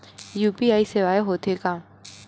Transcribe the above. UPI सेवाएं हो थे का?